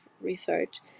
research